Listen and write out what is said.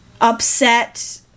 upset